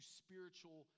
spiritual